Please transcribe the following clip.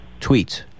tweets